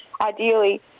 ideally